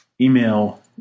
email